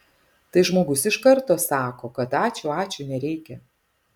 tai žmogus iš karto sako kad ačiū ačiū nereikia